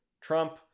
Trump